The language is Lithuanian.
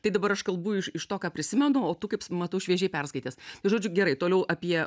tai dabar aš kalbu iš iš to ką prisimenu o tu kaip matau šviežiai perskaitęs žodžiu gerai toliau apie